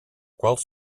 quals